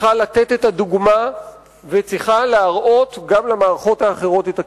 צריכה לתת את הדוגמה וצריכה להראות גם למערכות האחרות את הכיוון.